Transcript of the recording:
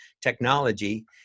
technology